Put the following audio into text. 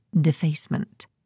defacement